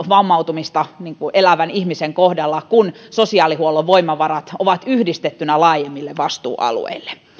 vammautumista elävän ihmisen kohdalla kun sosiaalihuollon voimavarat ovat yhdistettynä laajemmille vastuualueille